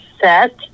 set